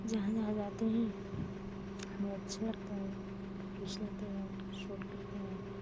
जहाँ जहाँ जाते हैं हमें अच्छा लगता है फोटो खींच लेते हैं शूट करते हैं